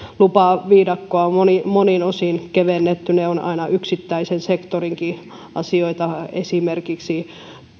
lupaviidakkoa on monin osin kevennetty ne ovat aina yksittäisen sektorinkin asioita esimerkiksi